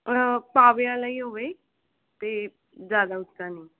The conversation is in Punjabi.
ਪਾਵਿਆਂ ਲਈ ਹੋਵੇ ਤੇ ਜਿਆਦਾ ਉੱਚਾ ਨਹੀਂ